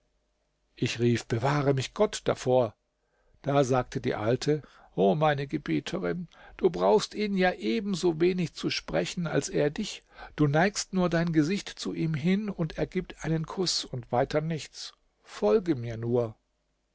ich rief bewahre mich gott davor da sagte die alte o meine gebieterin du brauchst ihn ja ebensowenig zu sprechen als er dich du neigst nur dein gesicht zu ihm hin und er gibt einen kuß und weiter nichts folge mir nur